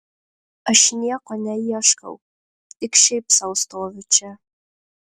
aš nieko neieškau tik šiaip sau stoviu čia